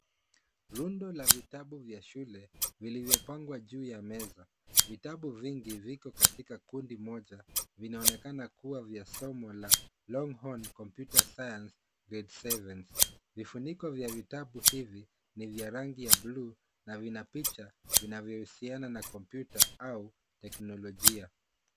Rundo la vitabu vya shule, vilivyopangwa juu ya meza. Vitabu vingi viko katika kundi moja, vinaonekana kuwa vya somo la Longhorn Computer Science Grade 7 . Vifuniko vya vitabu hivi ni vya rangi ya bluu na vina picha vinavyohusiana na kompyuta au teknolojia.